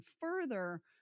further